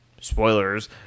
spoilers